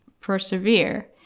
persevere